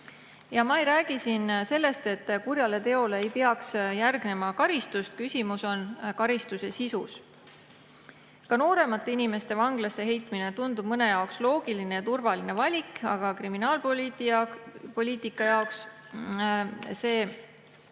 Ja ma ei räägi siin sellest, et kurjale teole ei peaks järgnema karistus, küsimus on karistuse sisus. Ka nooremate inimeste vanglasse heitmine tundub mõne jaoks loogiline ja turvaline valik, aga kriminaalpoliitika seisukohalt